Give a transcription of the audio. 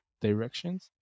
directions